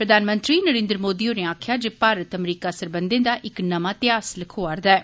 प्रधानमंत्री नरेन्द्र मोदी होरें आक्खेआ जे भारत अमरीका सरबंधें दा इक नमां इतिहास लखोआ'रदा ऐ